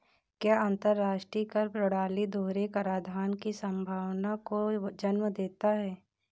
क्या अंतर्राष्ट्रीय कर प्रणाली दोहरे कराधान की संभावना को जन्म देता है?